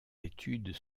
études